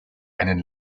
einen